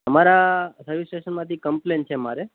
તમારા સર્વિસ સ્ટેશનમાંથી કમ્પ્લેન છે મારે